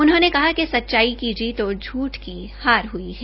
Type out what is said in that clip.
उन्होंने कहा कि सच्चाई की जीत और झूठ की हार हुई है